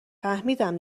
فهمیدم